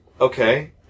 Okay